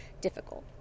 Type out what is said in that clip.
difficult